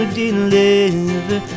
deliver